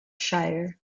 shire